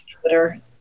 Twitter